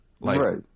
Right